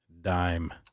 Dime